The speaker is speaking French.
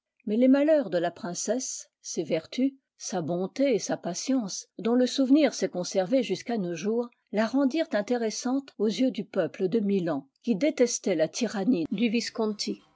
mais les malheurs de la princesse ses vertus sa bonté et sa patience dont le souvenir s'est conservé jusqu'à nos jours la rendirent intéressante aux yeux du peuple de milan qui détestait la tyrannie du visconti